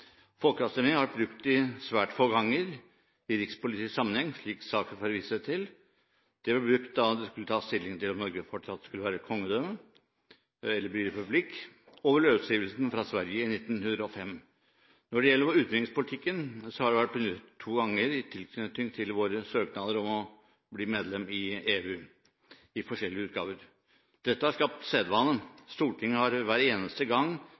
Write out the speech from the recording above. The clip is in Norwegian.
Folkeavstemning har vært brukt svært få ganger i rikspolitisk sammenheng, slik saksordføreren viste til. Det ble brukt da det skulle tas stilling til om Norge fortsatt skulle være et kongedømme eller bli en republikk, og ved løsrivelsen fra Sverige i 1905. Når det gjelder vår utenrikspolitikk, har det vært benyttet to ganger i tilknytning til våre søknader om å bli medlem i EU – i forskjellige utgaver. Dette har skapt sedvane. Stortinget har hver eneste gang